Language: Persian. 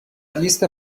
لیست